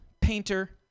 painter